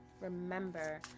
remember